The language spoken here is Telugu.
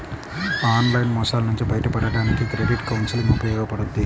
ఆన్లైన్ మోసాల నుంచి బయటపడడానికి క్రెడిట్ కౌన్సిలింగ్ ఉపయోగపడుద్ది